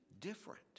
different